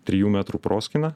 trijų metrų proskyną